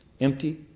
empty